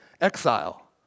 exile